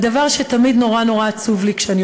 והדבר שתמיד נורא נורא עצוב לי כשאני